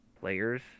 players